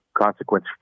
consequence